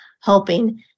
helping